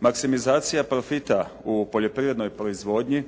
Maksimizacija profita u poljoprivrednoj proizvodnji,